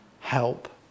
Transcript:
help